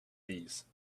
these